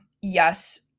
Yes